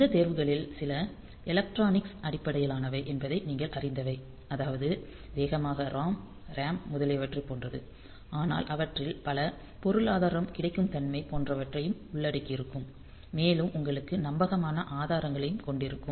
இந்த தேர்வுகளில் சில எலக்ட்ரானிக்ஸ் அடிப்படையிலானவை என்பதை நீங்கள் அறிந்தவை அதாவது வேகமான ROM RAM முதலியவற்றைப் போன்றது ஆனால் அவற்றில் பல பொருளாதாரம் கிடைக்கும் தன்மை போன்றவற்றை உள்ளடக்கியிருக்கும் மேலும் உங்களுக்கு நம்பகமான ஆதாரங்களையும் கொண்டிருக்கும்